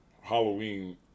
Halloween